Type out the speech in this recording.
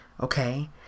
Okay